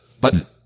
button